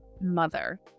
mother